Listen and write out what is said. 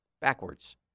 backwards